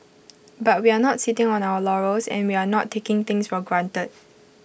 but we're not sitting on our laurels and we're not taking things for granted